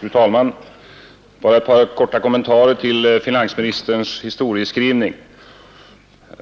Fru talman! Bara ett par korta kommentarer till finansministerns historieskrivning.